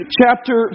chapter